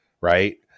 right